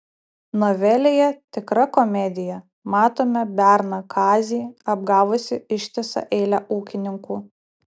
novelėje tikra komedija matome berną kazį apgavusį ištisą eilę ūkininkų